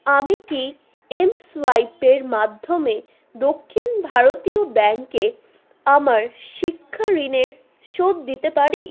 আমি কি এমসোয়াইপের মাধ্যমে দক্ষিণ ভারতীয় ব্যাঙ্কে আমার শিক্ষা ঋণের শোধ দিতে পারি